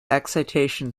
excitation